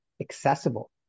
accessible